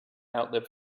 outlive